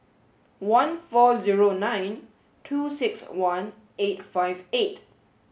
one four nine two six one eight five eight